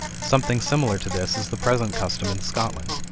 something similar to this is the present custom in scotland.